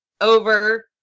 over